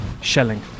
Shelling